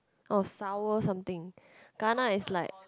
oh sour something gana is like